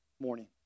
morning